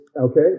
okay